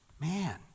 man